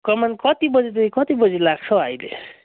कमान कति बजीदेखि कति बजी लाग्छ हौ अहिले